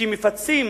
שמפצים